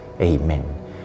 Amen